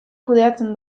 kudeatzen